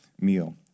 meal